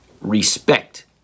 respect